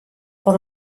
por